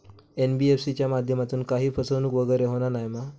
NBFC च्या माध्यमातून काही फसवणूक वगैरे होना नाय मा?